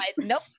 nope